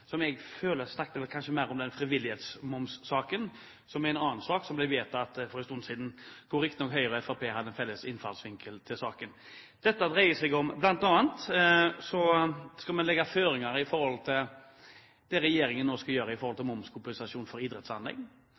som jeg føler sterkt kanskje er mer inne i frivillighetsmomssaken, en sak som ble vedtatt for en stund siden. Da hadde riktignok Høyre og Fremskrittspartiet felles innfallsvinkel til saken. Dette dreier seg bl.a. om at man skal legge føringer for det regjeringen nå skal gjøre med momskompensasjon for idrettsanlegg,